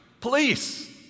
police